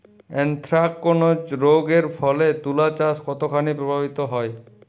Anthracnose রোগ এর ফলে তুলাচাষ কতখানি প্রভাবিত হয়?